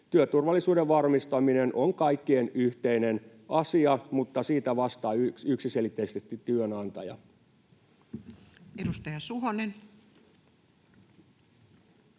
Työturvallisuuden varmistaminen on kaikkien yhteinen asia, mutta siitä vastaa yksiselitteisesti työnantaja. Edustaja Suhonen.